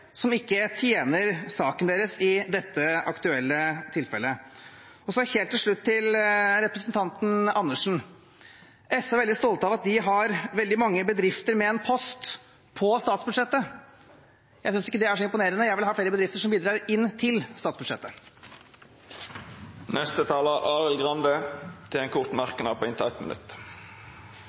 som ikke tjener saken deres i dette aktuelle tilfellet. Helt til slutt til representanten Karin Andersen: SV er veldig stolte av at de har veldig mange bedrifter med en post på statsbudsjettet. Jeg synes ikke det er så imponerende. Jeg vil ha flere bedrifter som bidrar inn til statsbudsjettet. Representanten Arild Grande har hatt ordet to gonger tidlegare og får ordet til ein kort merknad, avgrensa til 1 minutt.